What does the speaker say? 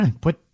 put